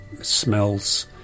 smells